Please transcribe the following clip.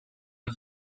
for